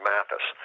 Mathis